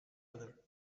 other